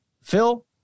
Phil